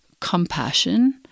compassion